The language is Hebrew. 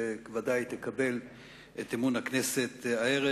וודאי היא תקבל את אמון הכנסת הערב,